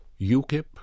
UKIP